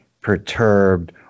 perturbed